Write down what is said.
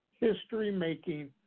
history-making